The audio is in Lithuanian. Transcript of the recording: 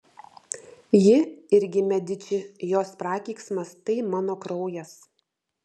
ji irgi mediči jos prakeiksmas tai mano kraujas